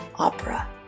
opera